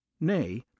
nay